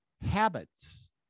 habits